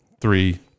three